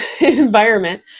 environment